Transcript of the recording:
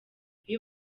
iyo